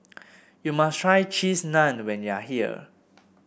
you must try Cheese Naan when you are here